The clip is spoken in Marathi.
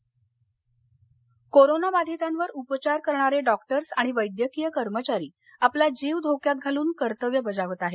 सिम्बायोसिस संशोधन कोरोना बाधितांवर उपचार करणारे डॉक्टर्स आणि वैद्यकीय कर्मचारी आपला जीव धोक्यात घालून कर्तव्य बजावत आहेत